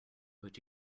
but